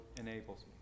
enables